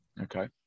Okay